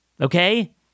Okay